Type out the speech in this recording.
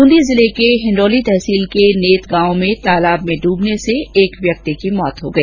ब्रंदी जिले के हिण्डौली तहसील के नेत गांव में तालाब में ड्रूबने से एक व्यक्ति की मौत हो गई